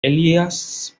elías